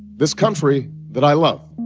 this country that i love